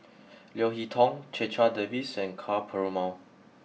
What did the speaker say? Leo Hee Tong Checha Davies and Ka Perumal